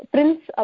Prince